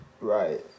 Right